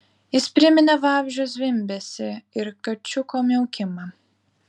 jis priminė vabzdžio zvimbesį ir kačiuko miaukimą